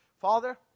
Father